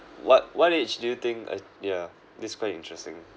what what age do you think uh yeah this is quite interesting